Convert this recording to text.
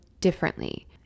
differently